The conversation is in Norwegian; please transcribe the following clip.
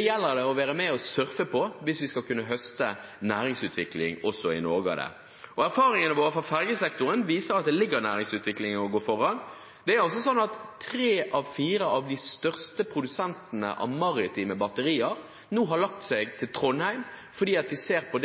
gjelder det å være med og surfe på hvis vi skal kunne høste næringsutvikling av det også i Norge. Erfaringene våre fra fergesektoren viser at det ligger næringsutvikling i å gå foran. Tre av fire av de største produsentene av maritime batterier er nå i Trondheim, fordi de ser på